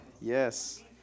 Yes